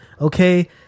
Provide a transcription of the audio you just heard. Okay